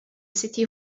city